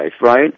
right